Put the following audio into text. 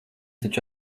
taču